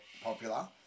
popular